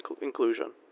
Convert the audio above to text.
inclusion